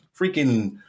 freaking